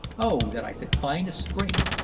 oh, that i could find a spring!